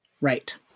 Right